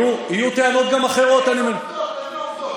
יהיו טענות גם אחרות, איפה העובדות?